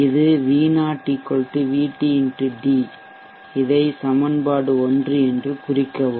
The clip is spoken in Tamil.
இது V0 VT x d இதை சமன்பாடு 1 என்று குறிக்கவும்